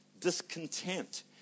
discontent